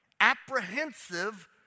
apprehensive